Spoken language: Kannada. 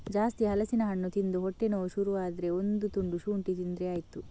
ಜಾಸ್ತಿ ಹಲಸಿನ ಹಣ್ಣು ತಿಂದು ಹೊಟ್ಟೆ ನೋವು ಶುರು ಆದ್ರೆ ಒಂದು ತುಂಡು ಶುಂಠಿ ತಿಂದ್ರೆ ಆಯ್ತು